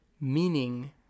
Meaning